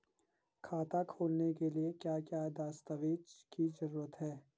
खाता खोलने के लिए क्या क्या दस्तावेज़ की जरूरत है?